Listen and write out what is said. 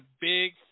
big